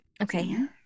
okay